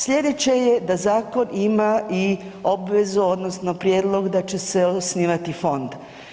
Sljedeće je da zakon ima i obvezu odnosno prijedlog da će se osnivati fond.